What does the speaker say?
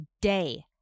day